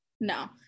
No